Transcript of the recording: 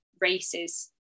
races